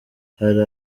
hari